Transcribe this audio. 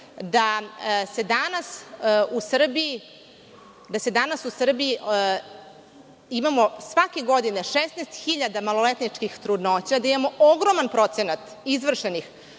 da se danas u Srbiji imamo svake godine 16.000 maloletničkih trudnoća, da imamo ogroman procenat izvršenih